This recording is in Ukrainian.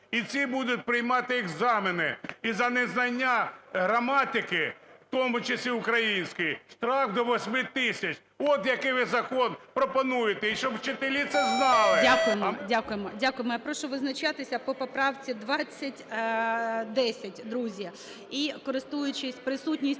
І ці будуть приймати екзамени. Із-за незнання граматики, в тому числі української, штраф до 8 тисяч. От який ви закон пропонуєте, і щоб вчителі це знали, а… ГОЛОВУЮЧИЙ. Дякуємо, дякуємо. Я прошу визначатися по поправці 2010, друзі. І користуючись присутністю